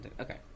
Okay